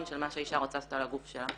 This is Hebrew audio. של מה שהאישה רוצה לעשות על הגוף שלה.